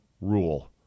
rule